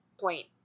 point